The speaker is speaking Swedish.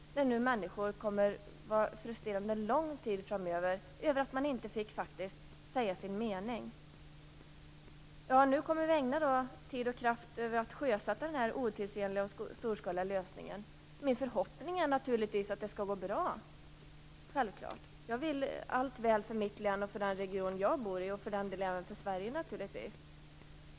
Människor kommer nu att vara frustrerade en lång tid framöver över att de inte fick säga sin mening. Nu kommer vi att ägna tid och kraft åt att sjösätta den otidsenliga och storskaliga lösningen. Min förhoppning är naturligtvis att det skall gå bra. Jag vill allt väl för mitt län och för den region jag bor i - naturligtvis även för Sverige.